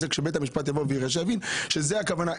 כשבית המשפט יראה, הוא יבין שזו הכוונה.